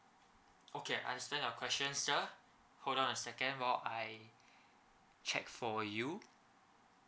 okay understand your questions sir hold on a second while I check for you